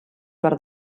per